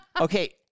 Okay